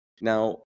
Now